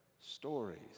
stories